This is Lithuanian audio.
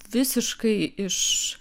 visiškai iš